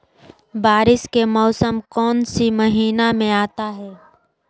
बारिस के मौसम कौन सी महीने में आता है?